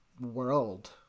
world